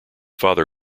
father